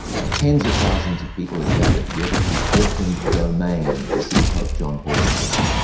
ah tens of thousands of people had gathered together at the auckland domain to see pope john paul the second,